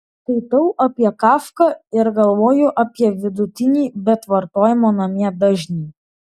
skaitau apie kafką ir galvoju apie vidutinį bet vartojimo namie dažnį